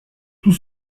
tout